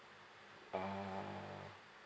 ah